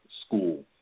School